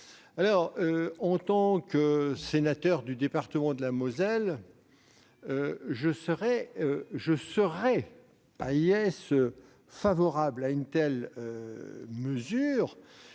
voisins. En tant que sénateur du département de la Moselle, je serais favorable à une telle mesure,